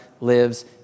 lives